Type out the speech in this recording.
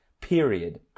Period